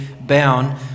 bound